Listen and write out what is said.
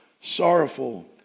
Sorrowful